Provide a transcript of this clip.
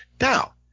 Now